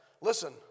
Listen